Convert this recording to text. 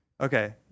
okay